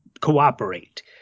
cooperate